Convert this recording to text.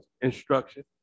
instruction